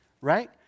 Right